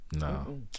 No